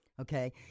Okay